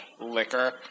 liquor